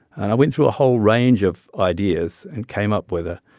and i went through a whole range of ideas and came up with ah